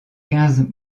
quinze